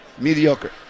Mediocre